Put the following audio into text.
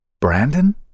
Brandon